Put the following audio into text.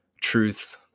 truth